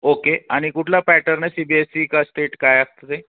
okay आणि कुठला pattern आहे सी बी एस सी का स्टेट काय असतं ते